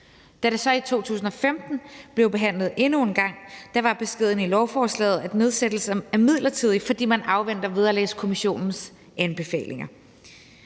Da det så i 2015 blev behandlet endnu en gang, var beskeden i lovforslaget, at nedsættelsen er midlertidig, fordi man afventer Vederlagskommissionens anbefalinger.